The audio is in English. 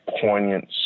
poignant